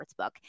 sportsbook